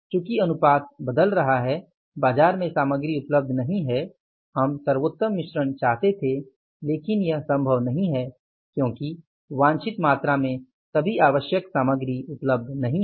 चुकी अनुपात बदल रहा है बाजार में सामग्री उपलब्ध नहीं है हम सर्वोत्तम मिश्रण चाहते थे लेकिन यह संभव नहीं है क्योंकि वांछित मात्रा में सभी आवश्यक सामग्री उपलब्ध नहीं है